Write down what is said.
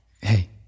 Hey